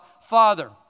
Father